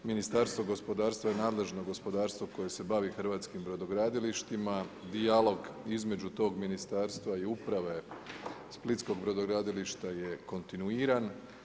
Ministarstvo gospodarstva je nadležno gospodarstvo koje se bavi hrvatskim brodogradilištima, dijalog između tog ministarstva i uprave Splitskog brodogradilišta je kontinuiran.